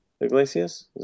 Iglesias